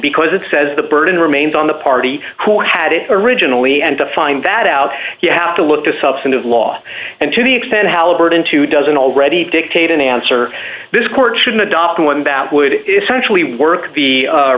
because it says the burden remains on the party who had it originally and to find that out you have to look to substantive law and to the extent halliburton to doesn't already dictate an answer this court should adopt one back would essentially work